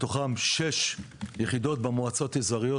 מתוכן שש יחידות במועצות אזוריות,